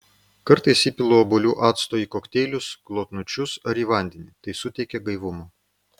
kartais įpilu obuolių acto į kokteilius glotnučius ar į vandenį tai suteikia gaivumo